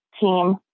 team